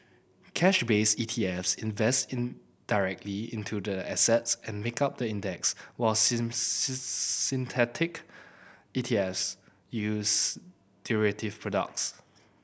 cash based E T Fs invest directly into the assets and make up the index while synthetic E T Fs use derivative products